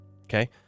okay